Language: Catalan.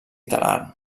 talarn